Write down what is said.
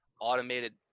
automated